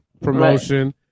Promotion